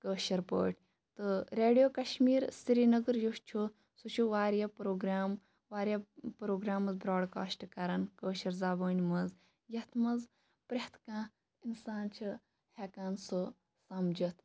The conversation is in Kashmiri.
کٲشِر پٲٹھۍ تہٕ ریڈیو کَشمیٖر سرینَگَر یُس چھُ سُہ چھُ واریاہ پروگرام واریاہ پروگرامٕز براڈکاسٹ کَران کٲشِر زَبٲنۍ مَنٛز یتھ مَنٛز پرٛٮ۪تھ کانٛہہ اِنسان چھُ ہیٚکان سُہ سَمجِتھ